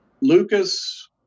Lucas